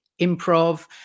improv